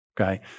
Okay